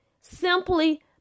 simply